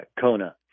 Kona